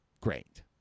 great